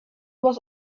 was